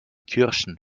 kirschen